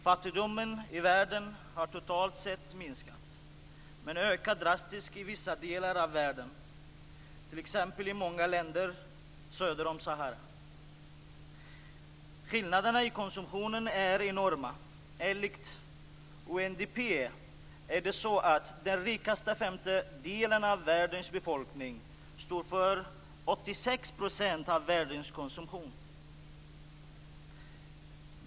Fattigdomen i världen har totalt sett minskat, men den ökar drastiskt i vissa delar av världen, t.ex. i många länder söder om Sahara. Skillnaderna i konsumtionen är enorma. Enligt UNDP står den rikaste femtedelen av världens befolkning för 86 % av världens konsumtion.